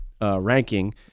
ranking